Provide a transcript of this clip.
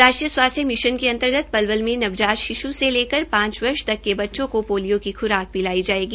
राष्ट्रीय स्वास्थ्य मिशन के अंतर्गत पलवल में नवजात शिश् से लकर पांच साल तक के बच्चों को पोलियो की ख्राक पिलाई जायेगी